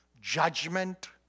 Judgment